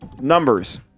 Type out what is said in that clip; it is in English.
numbers